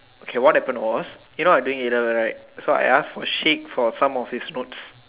okay what happen was you know I was doing A-level right so I ask for Sheikh for some of his notes